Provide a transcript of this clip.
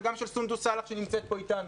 וגם של סונדוס סאלח שנמצאת פה איתנו,